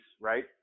right